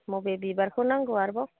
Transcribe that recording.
बबे बिबारखौ नांगौ आरोबाव